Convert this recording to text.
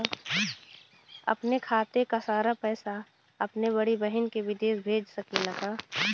अपने खाते क सारा पैसा अपने बड़ी बहिन के विदेश भेज सकीला का?